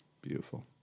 Beautiful